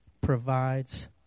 provides